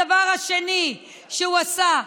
הדבר השני שהוא עשה,